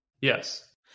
Yes